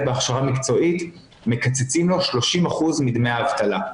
בהכשרה מקצועית מקצצים לו 30% מדמי האבטלה.